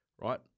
Right